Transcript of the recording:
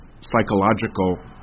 psychological